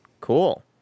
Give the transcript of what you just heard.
Cool